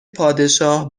پادشاه